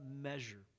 measure